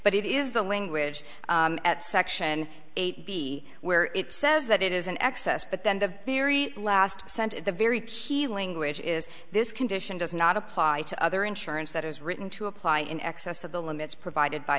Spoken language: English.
but it is the language at section eight b where it says that it is an excess but then the very last cent the very key language is this condition does not apply to other insurance that is written to apply in excess of the limits provided by